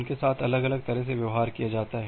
उनके साथ अलग तरह से व्यवहार किया जाता है